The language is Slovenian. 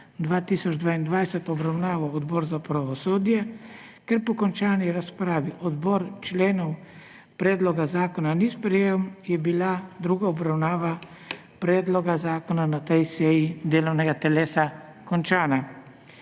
2022 obravnaval Odbor za pravosodje. Ker po končani razpravi odbor členov predloga zakona ni sprejel, je bila druga obravnava predloga zakona na tej seji delovnega telesa končana.